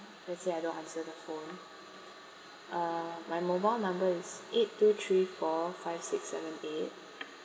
let's say I don't answer the phone uh my mobile number is eight two three four five six seven eight